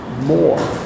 more